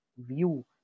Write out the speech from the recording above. view